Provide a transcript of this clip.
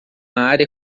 área